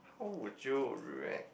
how would you react